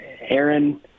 Aaron